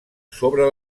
sobre